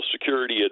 security